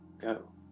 go